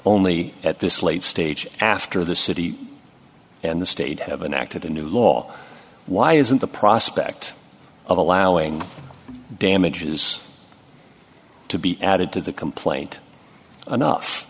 only at this late stage after the city and the state have an act of the new law why isn't the prospect of allowing damages to be added to the complaint enough